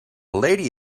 lady